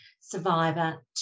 survivor